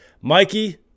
Mikey